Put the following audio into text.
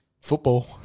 football